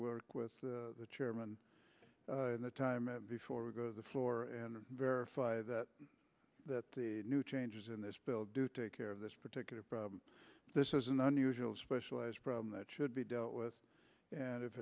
work with the chairman in the time before we go to the floor and verify that the new changes in this bill do take care of this particular problem this is an unusual specialized problem that should be dealt with and if